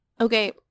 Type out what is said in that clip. okay